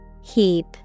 Heap